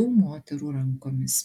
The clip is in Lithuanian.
tų moterų rankomis